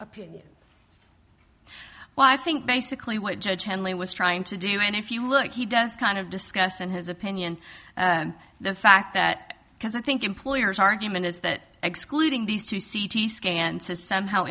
opinion well i think basically what judge henley was trying to do and if you look he does kind of discuss in his opinion the fact that because i think employers argument is that excluding these two c t scans has somehow